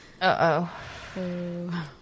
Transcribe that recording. Uh-oh